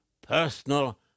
personal